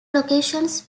locations